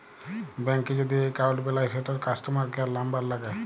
ব্যাংকে যদি এক্কাউল্ট বেলায় সেটর কাস্টমার কেয়ার লামবার ল্যাগে